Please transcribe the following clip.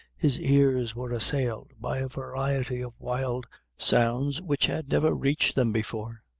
his ears were assailed by a variety of wild sounds which had never reached them before.